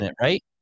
right